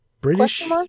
British